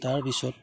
তাৰপিছত